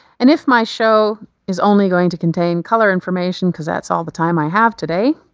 and if my show is only going to contain color information, cause that's all the time i have today,